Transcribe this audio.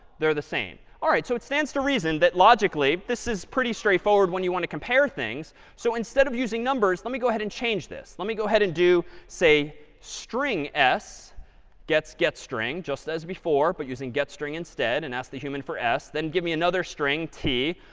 they're the same. all right. so it stands to reason that logically this is pretty straightforward when you want to compare things. so instead of using numbers, let me go ahead and change this. let me go ahead and do, say, string s gets getstring, just as before but using getstring instead and ask the human for s. then give me another string, t,